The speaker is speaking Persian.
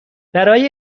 برای